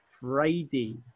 Friday